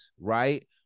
right